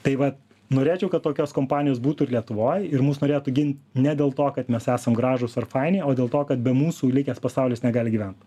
taip vat norėčiau kad tokios kompanijos būtų ir lietuvoj ir mus norėtų gint ne dėl to kad mes esam gražūs ar faini o dėl to kad be mūsų likęs pasaulis negali gyvent